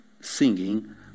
singing